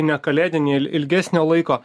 ne kalėdinį ilgesnio laiko